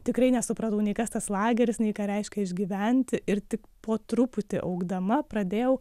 tikrai nesupratau nei kas tas lageris nei ką reiškia išgyventi ir tik po truputį augdama pradėjau